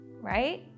right